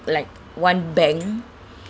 like one bank